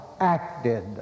acted